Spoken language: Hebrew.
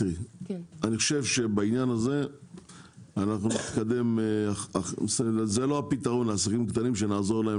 זה לא הפתרון לעסקים קטנים, שנעזור להם